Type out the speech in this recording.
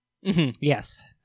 Yes